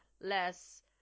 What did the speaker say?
less